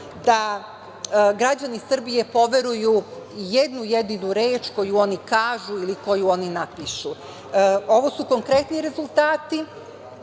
da građani Srbije poveruju jednu jedinu reč koju oni kažu ili koju oni napišu. Ovo su konkretni rezultati,